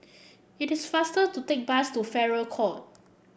it is faster to take bus to Farrer Court